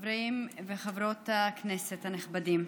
חברי וחברות הכנסת הנכבדים,